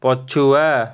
ପଛୁଆ